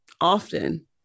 often